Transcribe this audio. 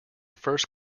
first